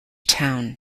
town